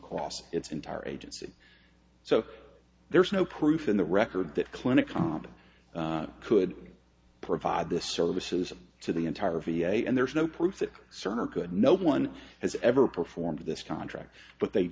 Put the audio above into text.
cost its entire agency so there's no proof in the record that clinic conduct could provide the services to the entire v a and there is no proof that cerner could no one has ever performed this contract but they